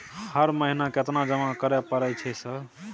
हर महीना केतना जमा करे परय छै सर?